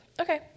okay